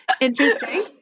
Interesting